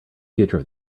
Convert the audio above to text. future